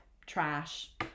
trash